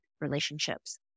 relationships